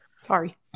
sorry